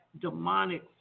demonic